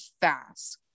fast